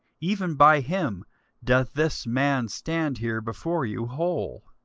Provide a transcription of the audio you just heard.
even by him doth this man stand here before you whole.